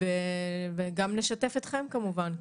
וגם נשתף אתכם כמובן.